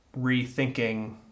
rethinking